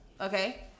Okay